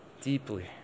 deeply